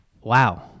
Wow